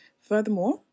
furthermore